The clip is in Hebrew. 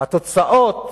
התוצאות